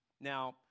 Now